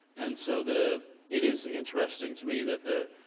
and so the, it is interesting to me that the,